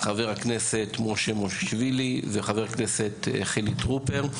חבר הכנסת משה מושיאשוילי וחבר הכנסת חילי טרופר.